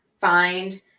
find